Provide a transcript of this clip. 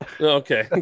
Okay